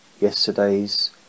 Yesterday's